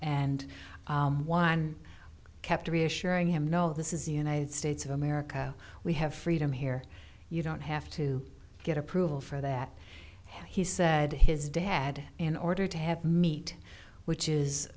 and one kept reassuring him no this is united states of america we have freedom here you don't have to get approval for that he said his dad in order to have meat which is